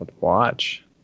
watch